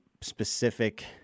specific